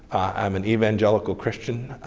i'm an evangelical christian.